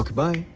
bye.